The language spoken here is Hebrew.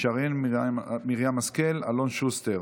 שרן מרים השכל ואלון שוסטר.